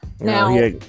Now